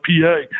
PA